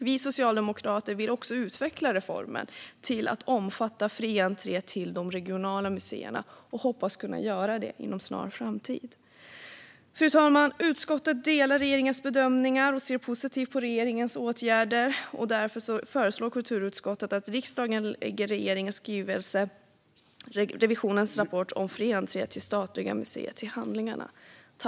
Vi socialdemokrater vill också utveckla reformen till att omfatta fri entré till de regionala museerna och hoppas kunna göra det inom en snar framtid. Fru talman! Utskottet delar regeringens bedömningar och ser positivt på regeringens åtgärder. Därför föreslår kulturutskottet att riksdagen lägger regeringens skrivelse Riksrevisionens rapport om fri entré till statliga museer till handlingarna.